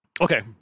Okay